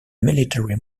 military